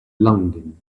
longing